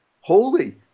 holy